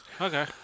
Okay